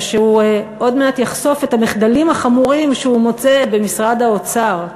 ושהוא עוד מעט יחשוף את המחדלים החמורים שהוא מוצא במשרד האוצר.